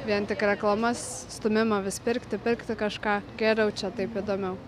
vien tik reklamas stūmimą vis pirkti pirkti kažką geriau čia taip įdomiau